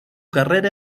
carrera